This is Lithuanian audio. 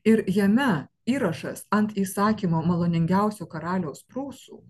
ir jame įrašas ant įsakymo maloningiausio karaliaus prūsų